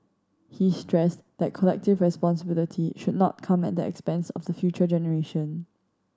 he stressed that collective responsibility should not come at the expense of the future generation